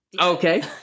Okay